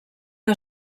que